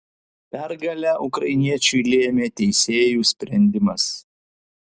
pergalę ukrainiečiui lėmė teisėjų sprendimas